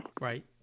Right